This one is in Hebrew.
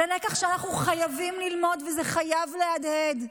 זה לקח שאנחנו חייבים ללמוד, וזה חייב להדהד.